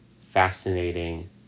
fascinating